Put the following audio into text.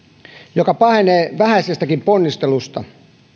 joka pahenee vähäisestäkin ponnistelusta